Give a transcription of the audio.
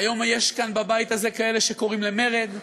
היום יש כאן בבית הזה כאלה שקוראים למרד,